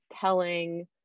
telling